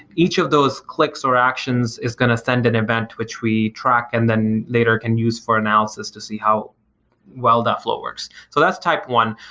each of those clicks or actions is going to send an event which we track and then later can be used for analysis to see how well that flow works. so that's type one.